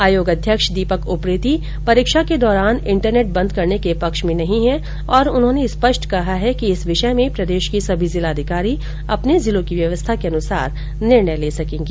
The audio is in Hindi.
आयोग अध्यक्ष दीपक उप्रेती परीक्षा के दौरान इंटरनेट बंद करने के पक्ष में नहीं है और उन्होंने स्पष्ट कहा है कि इस विषय में प्रदेश के सभी जिला अधिकारी अपने जिलों की व्यवस्था के अनुसार निर्णय ले सकेंगे